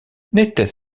n’était